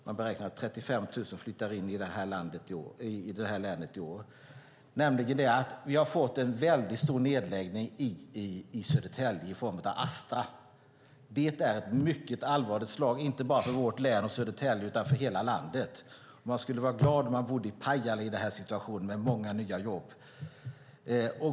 Man beräknar att 35 000 flyttar in i det här länet i år. Vi har fått en mycket stor nedläggning hos Astra i Södertälje. Det är ett mycket allvarligt slag inte bara för vårt län och Södertälje utan för hela landet. Man skulle vara glad om man bodde i Pajala i den här situationen, där det finns många nya jobb.